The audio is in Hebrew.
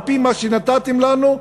על-פי מה שנתתם לנו,